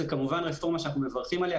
זאת כמובן רפורמה שאנחנו מברכים עליה,